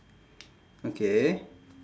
okay